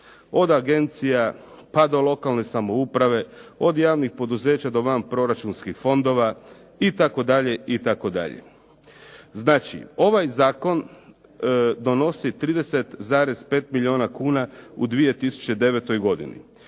od agencija pa do lokalne samouprave, od javnih poduzeća do vanproračunskih fondova itd. Znači, ovaj zakon donosi 30,5 milijuna kuna u 2009. godini.